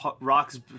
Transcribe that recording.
Rock's